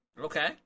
Okay